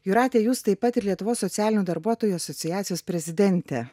jūrate jūs taip pat ir lietuvos socialinių darbuotojų asociacijos prezidentė